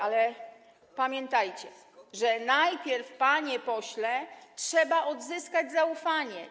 Ale pamiętajcie, że najpierw, panie pośle, trzeba odzyskać zaufanie.